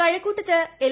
കഴക്കൂട്ടത്ത് L